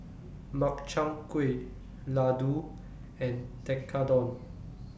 Makchang Gui Ladoo and Tekkadon